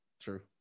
True